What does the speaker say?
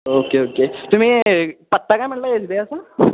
okay okay तुम्ही पत्ता काय म्हणलं एस बी आयचा